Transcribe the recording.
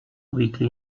weekly